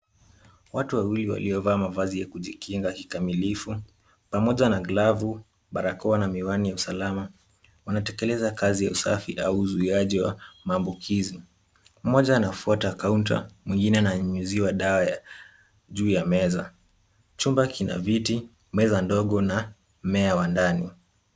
Watu wawili waliovaa mavazi ya kujikinga kikamilifu, pamoja na glavu, barakoa na miwani ya usalama. Wanatekeleza kazi ya usafi au uzuiaji wa maambukizi. Mmoja anafuata counter , mwingine ananyunyuziwa dawa juu ya meza. Chumba kina viti, meza ndogo na mmea wa ndani.